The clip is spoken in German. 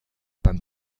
beim